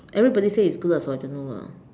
everybody say it's good lah so I don't know lah